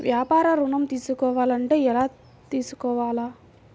వ్యాపార ఋణం తీసుకోవాలంటే ఎలా తీసుకోవాలా?